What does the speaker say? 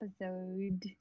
episode